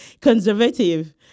conservative